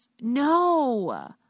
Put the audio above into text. No